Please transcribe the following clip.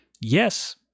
Yes